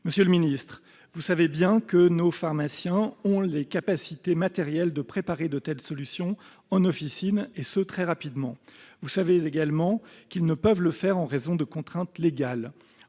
monsieur le ministre, que nos pharmaciens ont les capacités matérielles de préparer de telles solutions en officine, et ce très rapidement. Vous savez également qu'ils ne peuvent le faire en raison de contraintes légales.